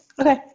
Okay